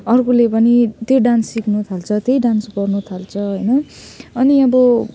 अर्कोले पनि त्यही डान्स सिक्न थाल्छ त्यही डान्स गर्न थाल्छ होइन अनि अब